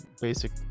basic